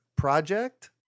project